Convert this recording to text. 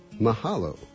Mahalo